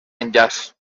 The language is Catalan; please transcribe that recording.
enllaç